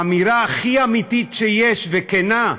באמירה הכי אמיתית שיש, וכנה,